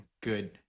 good